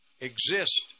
exist